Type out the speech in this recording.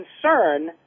concern